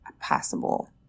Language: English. possible